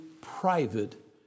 private